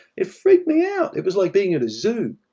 it freaked me out. it was like being at a zoo,